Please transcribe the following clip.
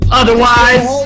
otherwise